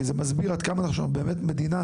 כי זה מסביר עד כמה אנחנו באמת מדינה